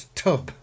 tub